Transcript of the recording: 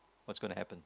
what's gonna happen